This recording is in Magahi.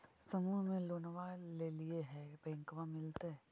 समुह मे लोनवा लेलिऐ है बैंकवा मिलतै?